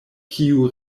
kiu